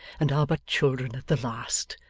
and are but children at the last.